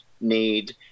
need